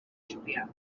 julià